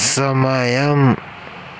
సమయం